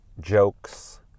jokes